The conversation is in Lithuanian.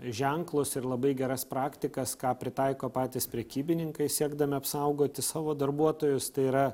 ženklus ir labai geras praktikas ką pritaiko patys prekybininkai siekdami apsaugoti savo darbuotojus tai yra